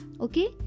okay